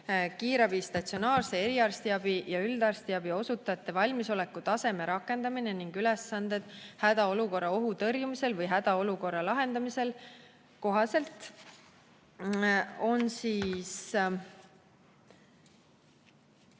"Kiirabi, statsionaarse eriarstiabi ja üldarstiabi osutajate valmisoleku taseme rakendamine ning ülesanded hädaolukorra ohu tõrjumisel või hädaolukorra lahendamisel" kohaselt ja